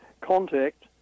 contact